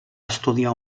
estudiar